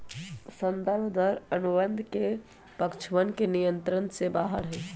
संदर्भ दर अनुबंध के पक्षवन के नियंत्रण से बाहर हई